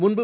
முன்பு